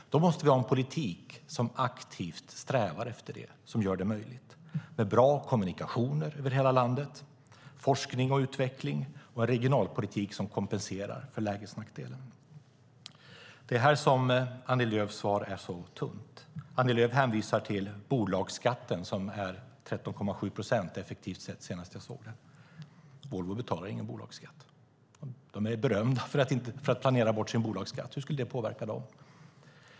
Då måste vi ha en politik som aktivt strävar efter det, som gör det möjligt. Det handlar om bra kommunikationer över hela landet, forskning och utveckling och en regionalpolitik som kompenserar för lägesnackdelen. Det är här som Annie Lööfs svar är så tunt. Annie Lööf hänvisar till bolagsskatten - den effektiva bolagsskatten var 13,7 procent senast jag såg den. Volvo betalar ingen bolagsskatt. De är berömda för att planera bort sin bolagsskatt. Hur skulle det påverka dem?